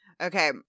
Okay